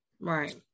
Right